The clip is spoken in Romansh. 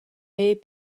era